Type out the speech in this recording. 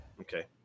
Okay